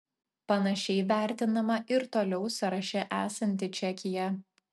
panašiai vertinama ir toliau sąraše esanti čekija